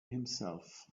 himself